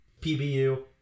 PBU